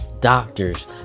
doctors